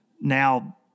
Now